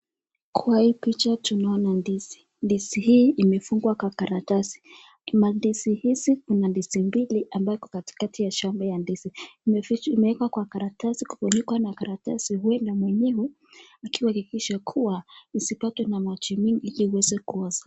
Kwa hii picha tunaona ndizi, ndizi hii imefungwa kwa karatasi. Mandizi hizi kuna ndizi mbili ambapo iko katikati ya shamba imeekwa kwa karatasi hii na mwenyewe akihakikisha kua isipatwe na maji mingi isiweze kuoza.